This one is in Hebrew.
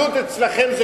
רק